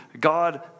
God